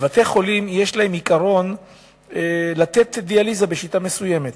לבתי-החולים יש עיקרון לתת דיאליזה בשיטה מסוימת,